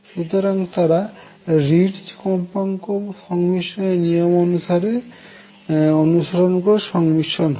সুতরাং তারা রিটজ কম্পাঙ্ক সংমিশ্রনের নিয়মটি অনুসরন করে সংমিশ্রন হবে